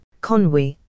Conwy